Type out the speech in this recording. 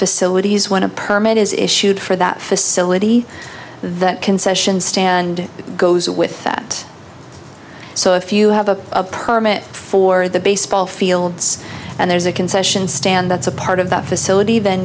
facilities when a permit is issued for that facility that concession stand goes with that so if you have a permit for the baseball fields and there's a concession stand that's a part of that facility then